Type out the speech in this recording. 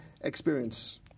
experience